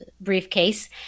briefcase